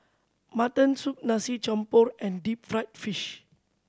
mutton soup Nasi Campur and deep fried fish